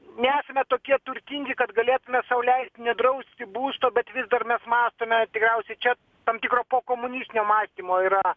nesame tokie turtingi kad galėtume sau leisti nedrausti būsto bet vis dar mes mąstome tikriausiai čia tam tikro pokomunistinio mąstymo yra